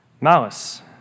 malice